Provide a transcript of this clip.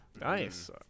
nice